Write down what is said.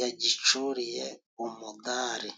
yagicuriye umudare.